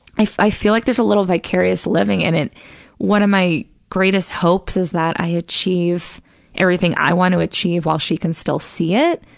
i i feel like there's a little vicarious living. and one of my greatest hopes is that i achieve everything i want to achieve while she can still see it,